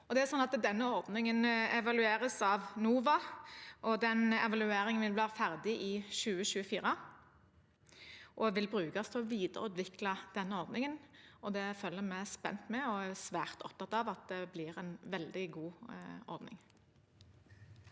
Denne ordningen evalueres av NOVA. Den evalueringen vil være ferdig i 2024 og vil brukes til å videreutvikle ordningen. Det følger vi spent med på, og vi er svært opptatt av at det blir en veldig god ordning.